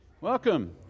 Welcome